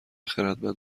خردمند